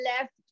left